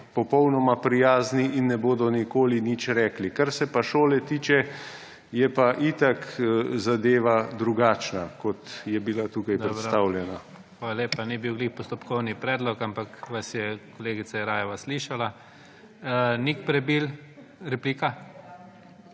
popolnoma prijazni in ne bodo nikoli nič rekli. Kar se pa šole tiče, je pa itak zadeva drugačna, kot je bila tukaj predstavljena. PREDSEDNIK IGOR ZORČIČ: Hvala lepa. Ni bil ravno postopkovni predlog, ampak vas je kolegica Jeraj slišala. Nik Prebil, replika?